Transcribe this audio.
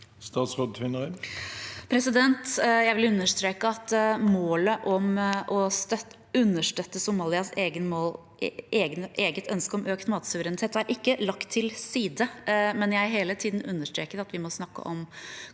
Kristiansen Tvinnereim Jeg vil understreke at målet om å understøt- te Somalias eget ønske om økt matsuverenitet ikke er lagt til side. Jeg har hele tiden understreket at vi må snakke om